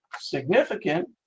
Significant